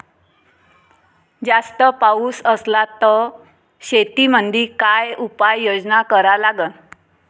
जास्त पाऊस असला त शेतीमंदी काय उपाययोजना करा लागन?